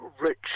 Rich